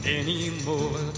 anymore